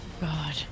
God